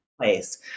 place